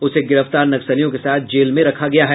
उसे गिरफ्तार नक्सलियों के साथ जेल में रखा गया है